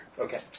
Okay